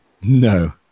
no